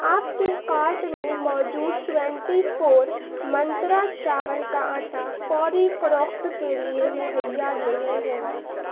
آپ کے کارٹ میں موجود ٹوینٹی فور منترا چاول کا آٹا فوری فروخت کے لیے مہیا نہیں ہے